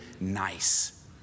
nice